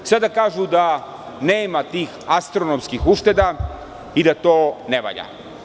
Sada kažu da nema tih astronomskih ušteda i da to ne valja.